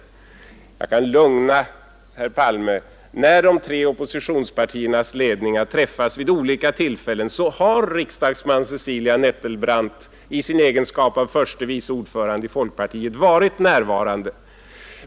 Jag kan lugna herr Palme. När de tre oppositionspartiernas ledningar träffats vid olika tillfällen så har riksdagsman Cecilia Nettelbrandt i sin egenskap av förste vice ordförande i folkpartiet varit närvarande.